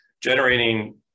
generating